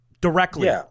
Directly